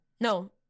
no